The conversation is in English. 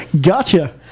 Gotcha